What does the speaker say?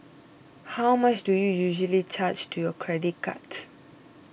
how much do you usually charge to your credit cards